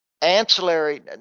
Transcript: ancillary